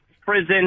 prison